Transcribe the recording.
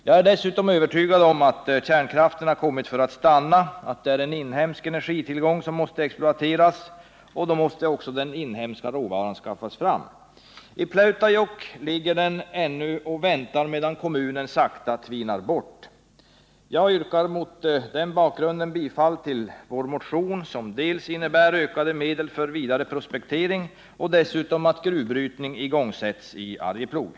Jag är dessutom övertygad om att kärnkraften har kommit för att stanna, att den är en inhemsk energitillgång som måste exploateras, och då måste också den inhemska råvaran skaffas fram. I Pleutajokk ligger den ännu och väntar medan kommunen sakta tvinar bort. Jag yrkar mot den bakgrunden bifall till vår motion, som innebär ökade medel för vidare prospektering och dessutom att gruvbrytning igångsätts i Nr 142 Arjeplog.